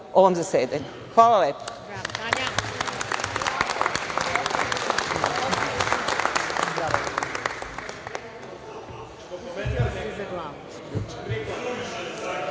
ovom zasedanju. Hvala lepo.